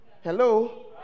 Hello